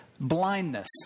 blindness